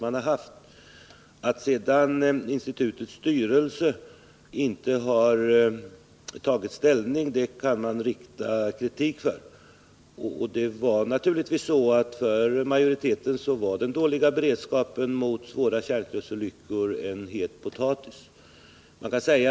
Sedan kan det finnas anledning att kritisera det förhållandet att institutets styrelse inte har tagit ställning, och naturligtvis utgjorde den dåliga beredskapen mot svåra kärnkraftsolyckor en het potatis för majoriteten.